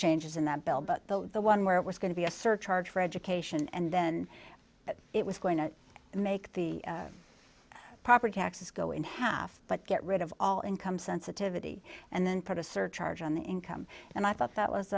changes in that bell but the one where it was going to be a surcharge for education and then that it was going to make the property taxes go in half but get rid of all income sensitivity and then put a surcharge on the income and i thought that was